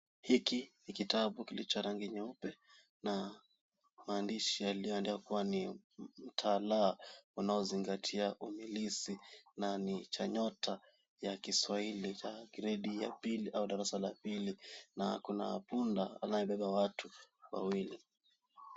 Hiki ni kitabu kilicho rangi ya nyeupe na maandishi yaliyoandikwa ni talaa yanayozingatia uhandisi na ni cha nyota ya kiswahili cha gredi ya pili au darasa la pili na kuna punda anayebeba watu wawili.